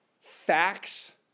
facts